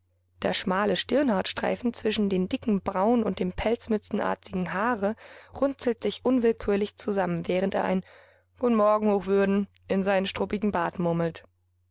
der schmale stirnhautstreifen zwischen den dicken brauen und dem pelzmützenartigen haare runzelt sich unwillkürlich zusammen während er ein guten morgen hochwürden in seinen struppigen bart